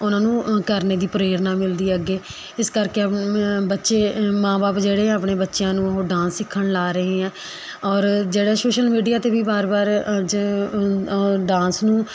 ਉਹਨਾਂ ਨੂੰ ਕਰਨ ਦੀ ਪ੍ਰੇਰਨਾ ਮਿਲਦੀ ਹੈ ਅੱਗੇ ਇਸ ਕਰਕੇ ਬੱਚੇ ਮਾਂ ਬਾਪ ਜਿਹੜੇ ਹੈ ਆਪਣੇ ਬੱਚਿਆਂ ਨੂੰ ਉਹ ਡਾਂਸ ਸਿੱਖਣ ਲਾ ਰਹੇ ਹੈ ਔਰ ਜਿਹੜਾ ਸੋਸ਼ਲ ਮੀਡੀਆ 'ਤੇ ਵੀ ਵਾਰ ਵਾਰ ਅੱਜ ਡਾਂਸ ਨੂੰ